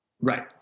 Right